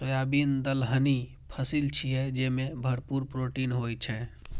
soybean दलहनी फसिल छियै, जेमे भरपूर प्रोटीन होइ छै